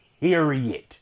period